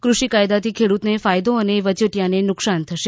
ફષિ કાયદાથી ખેડૂતને ફાયદો અને વચેટીયાંને નુકસાન થશે